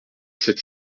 sept